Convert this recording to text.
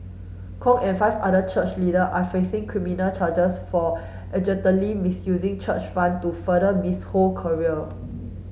Kong and five other church leader are facing criminal charges for misusing church funds to further Miss Ho career